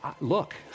look